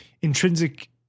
intrinsic